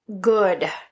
good